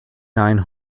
nine